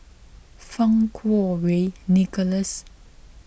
Fang Kuo Wei Nicholas